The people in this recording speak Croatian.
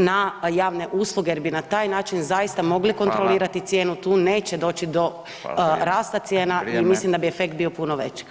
na javne usluge jer bi na taj način zaista mogli kontrolirati [[Upadica: Hvala.]] cijenu, tu neće doći [[Upadica: Hvala, vrijeme.]] do rasta cijena [[Upadica: Vrijeme.]] i mislim da bi efekt bio puno veći.